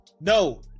No